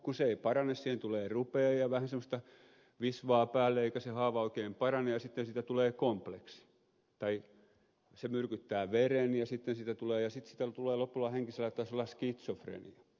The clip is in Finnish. kun se ei parane siihen tulee rupea ja vähän semmoista visvaa päälle eikä se haava oikein parane ja sitten siitä tulee kompleksi tai se myrkyttää veren ja sitten siitä tulee lopulta henkisellä tasolla skitsofrenia